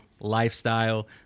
lifestyle